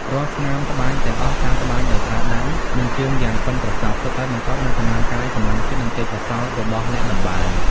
រាល់ស្នាមត្បាញទាំងអស់ការត្បាញដោយប្រើដៃ និងជើងយ៉ាងប៉ិនប្រសប់ សុទ្ធតែបង្កប់នូវកម្លាំងកាយ កម្លាំងចិត្ត និងទេពកោសល្យរបស់អ្នកតម្បាញ។